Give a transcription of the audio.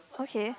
okay